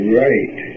right